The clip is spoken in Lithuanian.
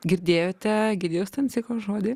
girdėjote egidijaus stanciko žodį